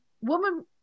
woman